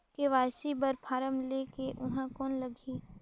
KYC बर form ले के ऊहां कौन लगही?